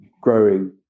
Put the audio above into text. growing